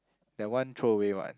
that one throw away [what]